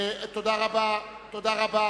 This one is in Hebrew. עשינו גם רוויזיה על ההחלטה, והתאריך התקבל.